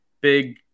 big